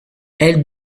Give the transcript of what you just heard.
elle